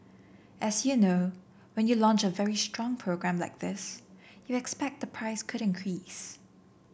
as you know when you launch a very strong program like this you expect the price could increase